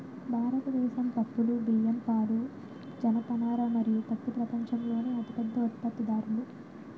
భారతదేశం పప్పులు, బియ్యం, పాలు, జనపనార మరియు పత్తి ప్రపంచంలోనే అతిపెద్ద ఉత్పత్తిదారులు